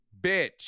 bitch